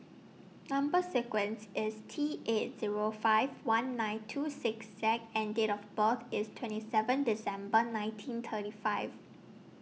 Number sequence IS T eight Zero five one nine two six Z and Date of birth IS twenty seven December nineteen thirty five